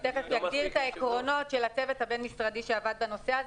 אני תכף אגדיר את העקרונות של הצוות הבין-משרדי שעבד בנושא הזה.